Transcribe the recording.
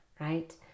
right